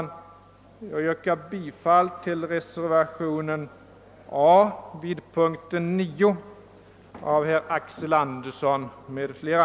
Jag yrkar bifall till reservationen 3 a av herr Axel Andersson m.fl.